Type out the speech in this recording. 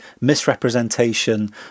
misrepresentation